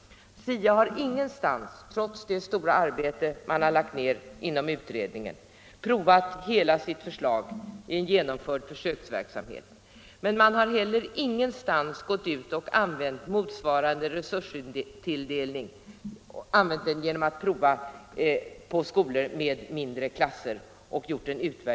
SIA har ingenstans, trots det stora arbete man lagt ned inom utredningen, prövat hela sitt förslag i en genomförd försöksverksamhet. Man har heller ingenstans gjort försök med mindre klasser.